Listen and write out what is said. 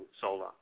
solar